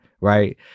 right